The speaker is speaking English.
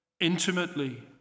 Intimately